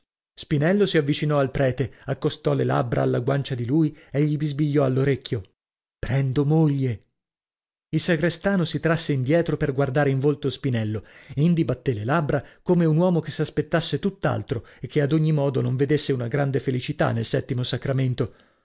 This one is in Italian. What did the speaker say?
spinello si avvicinò al prete accostò le labbra alla guancia di lui e gli bisbigliò all'orecchio prendo moglie il sagrestano si trasse indietro per guardare in volto spinello indi battè le labbra come un uomo che s'aspettasse tutt'altro e che ad ogni modo non vedesse una grande felicità nel settimo sacramento